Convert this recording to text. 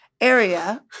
area